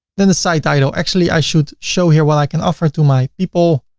then the site title, actually i should show here what i can offer to my people,